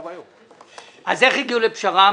איך הגיעו לפשרה?